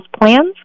plans